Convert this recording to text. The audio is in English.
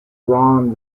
ron